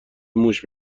موش